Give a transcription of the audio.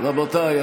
רבותיי,